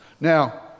Now